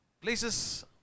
places